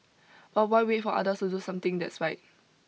but why wait for others to do something that's right